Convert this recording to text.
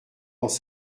dans